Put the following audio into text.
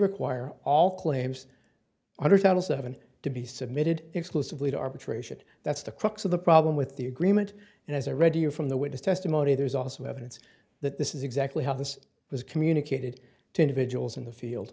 require all claims under title seven to be submitted exclusively to arbitration that's the crux of the problem with the agreement and as i read to you from the witness testimony there's also evidence that this is exactly how this was communicated to individuals in the field